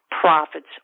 profits